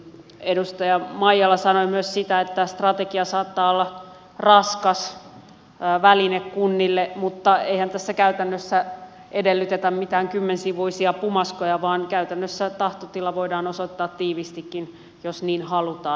edustaja maijala sanoi myös sitä että strategia saattaa olla raskas väline kunnille mutta eihän tässä käytännössä edellytetä mitään kymmensivuisia pumaskoja vaan käytännössä tahtotila voidaan osoittaa tiiviistikin jos niin halutaan